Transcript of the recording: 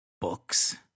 Books